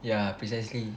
yeah precisely